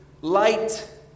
light